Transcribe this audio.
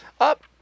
up